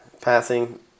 passing